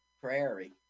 prairie